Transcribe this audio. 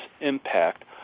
impact